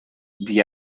the